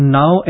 now